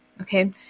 Okay